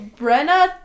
Brenna